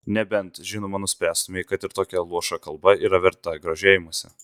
nebent žinoma nuspręstumei kad ir tokia luoša kalba yra verta grožėjimosi